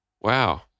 Wow